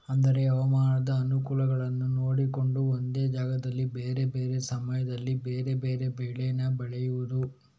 ಅಂದ್ರೆ ಹವಾಮಾನದ ಅನುಕೂಲಗಳನ್ನ ನೋಡಿಕೊಂಡು ಒಂದೇ ಜಾಗದಲ್ಲಿ ಬೇರೆ ಬೇರೆ ಸಮಯದಲ್ಲಿ ಬೇರೆ ಬೇರೆ ಬೆಳೇನ ಬೆಳೆಯುದು